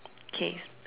okay